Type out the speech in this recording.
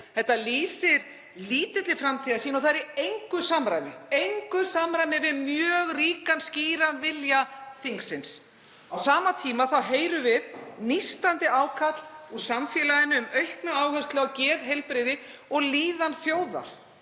þetta lýsir lítilli framtíðarsýn og er í engu samræmi við mjög ríkan og skýran vilja þingsins. Á sama tíma heyrum við nístandi ákall úr samfélaginu um aukna áherslu á geðheilbrigði og líðan þjóðar.